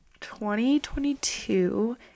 2022